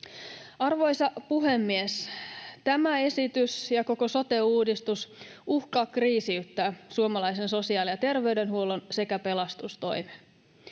Arvoisa puhemies! Tämä esitys ja koko sote-uudistus uhkaavat kriisiyttää suomalaisen sosiaali- ja terveydenhuollon sekä pelastustoimen.